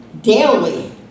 daily